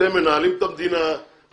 אתם מנהלים את המדינה,